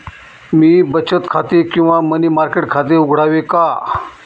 मी बचत खाते किंवा मनी मार्केट खाते उघडावे का?